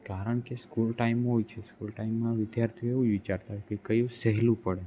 કારણ કે school time હોય છે સ્કૂલ ટાઈમમાં વિદ્યાર્થીઓ એવું વિચારતા હોય કે કયું સહેલું પડે